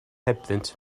hebddynt